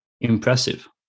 impressive